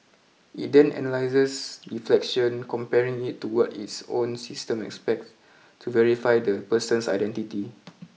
it then analyses reflection comparing it to what its own system expects to verify the person's identity